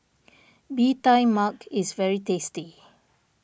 Bee Tai Mak is very tasty